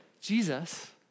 Jesus